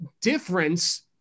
difference